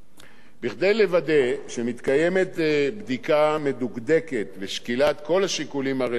כדי לוודא שמתקיימת בדיקה מדוקדקת ושקילת כל השיקולים הרלוונטיים